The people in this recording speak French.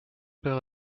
père